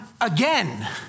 again